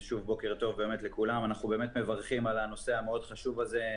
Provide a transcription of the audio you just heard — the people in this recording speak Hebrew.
אנחנו מברכים על הנושא המאוד חשוב הזה.